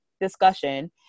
discussion